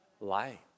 light